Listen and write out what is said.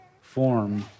form